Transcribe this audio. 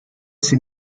sie